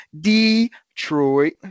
Detroit